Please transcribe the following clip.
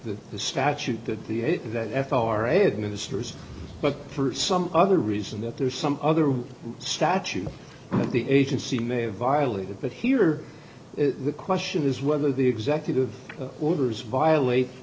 the statute that the that f r a administers but for some other reason that there's some other statute that the agency may have violated but here the question is whether the executive orders violate